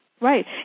Right